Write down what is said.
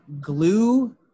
glue